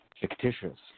fictitious